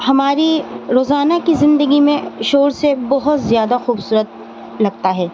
ہماری روزانہ کی زندگی میں شور سے بہت زیادہ خوبصورت لگتا ہے